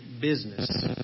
business